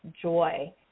joy